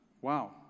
Wow